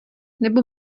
nebo